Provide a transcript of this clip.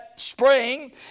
Spring